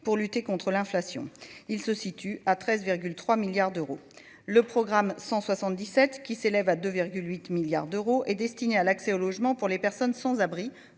pour lutter contre l'inflation, il se situe à 13,3 milliards d'euros, le programme 177 qui s'élève à 2 8 milliards d'euros et destinés à l'accès au logement pour les personnes sans abri